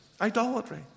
Idolatry